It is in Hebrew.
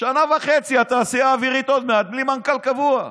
שנה וחצי עוד מעט והתעשייה האווירית בלי מנכ"ל קבוע.